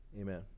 Amen